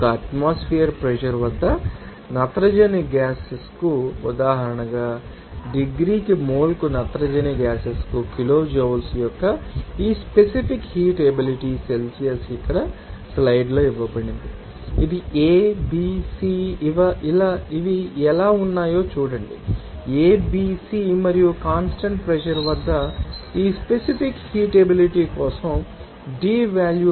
ఒక atmospheric pressure వద్ద నత్రజని గ్యాసెస్కు ఉదాహరణగా డిగ్రీకి మోల్కు నత్రజని గ్యాసెస్ కిలోజౌల్స్ యొక్క ఈ స్పెసిఫిక్ హీట్ ఎబిలిటీ సెల్సియస్ ఇక్కడ స్లైడ్లలో ఇవ్వబడింది ఇది a b c ఇవి ఎలా ఉన్నాయో చూడండిa b c మరియు కాన్స్టాంట్ ప్రెషర్ వద్ద ఈ స్పెసిఫిక్ హీట్ ఎబిలిటీ కోసం d వాల్యూ